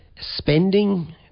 spending